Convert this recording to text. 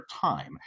time